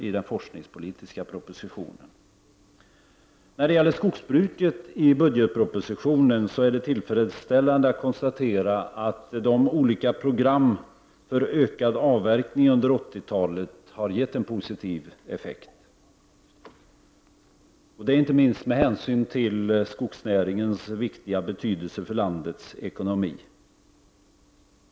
När det gäller behandlingen av skogsbruket i budgetpropositionen är det tillfredsställande att kunna konstatera att de olika programmen för ökad avverkning under 80-talet har gett en positiv effekt, inte minst med hänsyn till skogsnäringens viktiga betydelse för landets ekonomi.